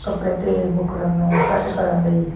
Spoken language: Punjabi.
ਕੱਪੜੇ 'ਤੇ ਬੁਕਰਮ ਨੂੰ ਸੈੱਟ ਕਰਨ ਲਈ